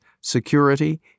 security